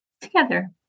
Together